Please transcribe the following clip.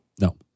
no